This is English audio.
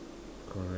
alright